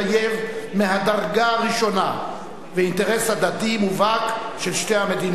מהדרגה הראשונה ואינטרס הדדי מובהק של שתי המדינות.